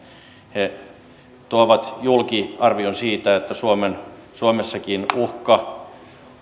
he tuovat julki arvion siitä että suomessakin uhka